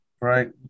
right